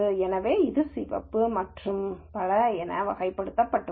எனவே இது சிவப்பு மற்றும் பல என வகைப்படுத்தப்பட்டுள்ளது